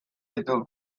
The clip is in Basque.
ditut